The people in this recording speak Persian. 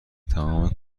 تمام